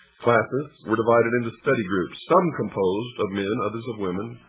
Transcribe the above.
classes were divided into study groups, some composed of men, others of women,